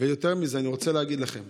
יותר מזה, אני רוצה להגיד לכם: